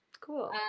Cool